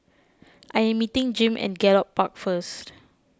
I am meeting Jim at Gallop Park first